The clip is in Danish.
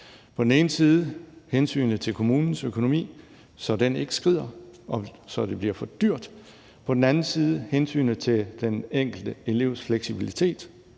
på den ene side hensynet til kommunens økonomi, så den ikke skrider, hvorved det ville blive for dyrt, og på den anden side er der hensynet til den enkelte elevs fleksibilitet